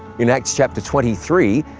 in acts chapter twenty three,